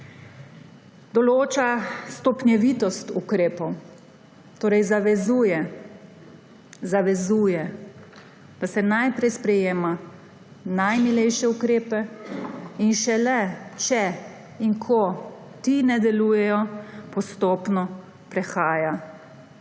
Določa stopnjevitost ukrepov, torej zavezuje, zavezuje, da se najprej sprejema najmilejše ukrepe, in šele če in ko ti ne delujejo, postopno prehaja